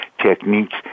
techniques